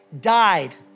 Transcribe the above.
died